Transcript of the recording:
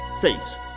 face